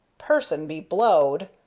person be blowed!